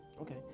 Okay